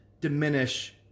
diminish